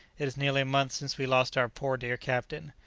it is nearly a month since we lost our poor dear captain.